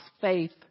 faith